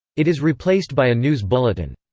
it is replaced by a news bulletin.